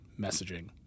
messaging